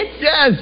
Yes